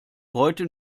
beute